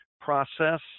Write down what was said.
process